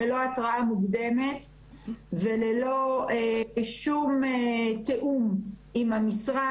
ללא התראה מוקדמת ובשום תיאום עם המשרד.